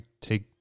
take